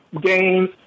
games